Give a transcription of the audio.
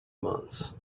months